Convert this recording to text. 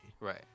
Right